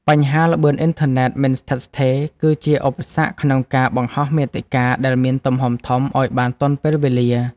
បញ្ហាល្បឿនអ៊ីនធឺណិតមិនស្ថិតស្ថេរ គឺជាឧបសគ្គក្នុងការបង្ហោះមាតិកាដែលមានទំហំធំឱ្យបានទាន់ពេលវេលា។